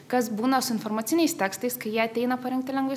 kas būna su informaciniais tekstais kai jie ateina parengti lengvai